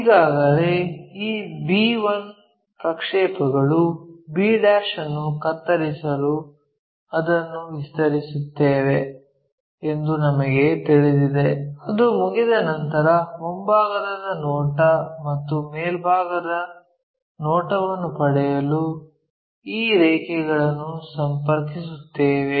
ಈಗಾಗಲೇ ಈ b1 ಪ್ರಕ್ಷೇಪಗಳು b' ಅನ್ನು ಕತ್ತರಿಸಲು ಅದನ್ನು ವಿಸ್ತರಿಸುತ್ತವೆ ಎಂದು ನಮಗೆ ತಿಳಿದಿದೆ ಅದು ಮುಗಿದ ನಂತರ ಮುಂಭಾಗದ ನೋಟ ಮತ್ತು ಮೇಲ್ಭಾಗದ ನೋಟವನ್ನು ಪಡೆಯಲು ಈ ರೇಖೆಗಳನ್ನು ಸಂಪರ್ಕಿಸುತ್ತೇವೆ